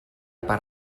per